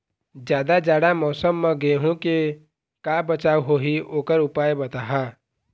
जादा जाड़ा मौसम म गेहूं के का बचाव होही ओकर उपाय बताहा?